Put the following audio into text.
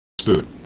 food